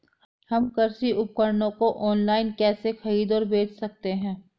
हम कृषि उपकरणों को ऑनलाइन कैसे खरीद और बेच सकते हैं?